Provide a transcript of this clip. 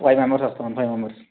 five members వస్తాం అండి five members